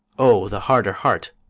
o, the harder heart!